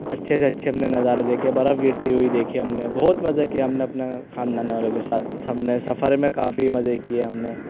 اچھے سے اچھے ہم نے نظارے دیکھے برف گرتی ہوئی دیکھی ہم نے بہت مزے کیے ہم نے اپنے خاندان والوں کے ساتھ سب نے سفر میں کافی مزے کیے ہم نے